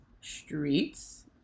Streets